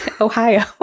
Ohio